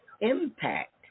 impact